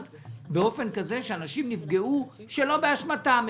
באופן כזה שאנשים נפגעו שלא באשמתם.